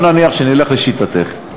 נניח שנלך לשיטתך,